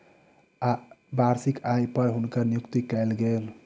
वार्षिक आय पर हुनकर नियुक्ति कयल गेल